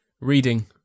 Reading